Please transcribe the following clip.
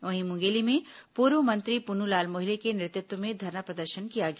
वहीं मुंगेली में पूर्व मंत्री पुन्नूलाल मोहले के नेतृत्व में धरना प्रदर्शन किया गया